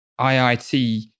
IIT